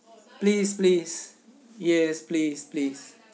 please please yes please please